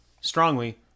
strongly